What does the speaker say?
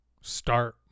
start